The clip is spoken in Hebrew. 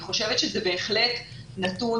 אני חושבת שזה בהחלט נתון.